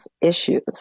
issues